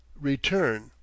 Return